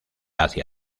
hacia